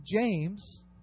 James